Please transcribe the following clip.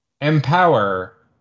Empower